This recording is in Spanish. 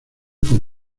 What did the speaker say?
con